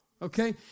Okay